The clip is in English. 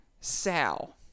Sal